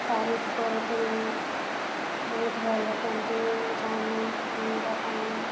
ତାରିଫ୍ କରୁଥିଲେ ବହୁତ ଭଲ ପେଣ୍ଟିଂ ଜାଣୁ ବନେଇବା ପାଇଁ